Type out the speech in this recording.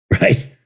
right